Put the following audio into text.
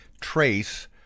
trace